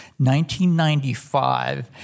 1995